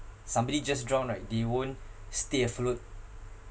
somebody just drowned right they won't stay afloat